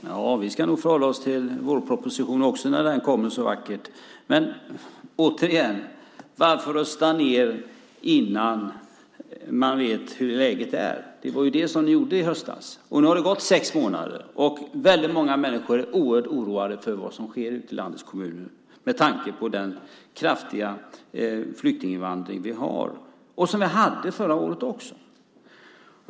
Fru talman! Ja, vi ska nog förhålla oss till vårpropositionen också när den kommer. Men återigen: Varför rusta ned innan man vet hurdant läget är? Det var ju det ni gjorde i höstas. Nu har det gått sex månader, och väldigt många människor är oerhört oroade för vad som sker ute i landets kommuner med tanke på den kraftiga flyktinginvandring vi har och som vi hade förra året också.